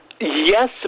Yes